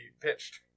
pitched